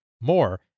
More